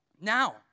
Now